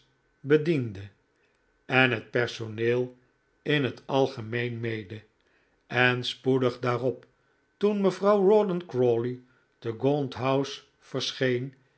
bediende en het personeel in het algemeen mede en spoedig daarop toen mevrouw rawdon crawley te gaunt house verscheen